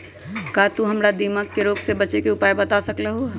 का तू हमरा दीमक के रोग से बचे के उपाय बता सकलु ह?